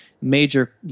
major